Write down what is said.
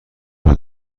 بار